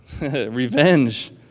Revenge